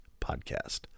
podcast